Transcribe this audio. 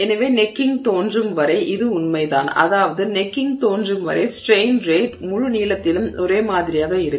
எனவே கழுத்து தோன்றும் வரை இது உண்மைதான் அதாவது கழுத்து தோன்றும் வரை ஸ்ட்ரெய்ன் ரேட் முழு நீளத்திலும் ஒரே மாதிரியாக இருக்கும்